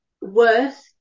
worth